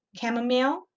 Chamomile